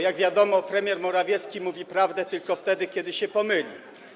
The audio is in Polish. Jak wiadomo, premier Morawiecki mówi prawdę tylko wtedy, kiedy się pomyli.